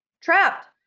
Trapped